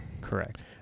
Correct